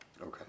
Okay